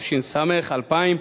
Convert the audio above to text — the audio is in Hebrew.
התש"ס 2000,